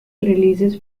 releases